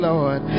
Lord